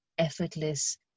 effortless